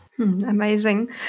Amazing